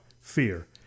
fear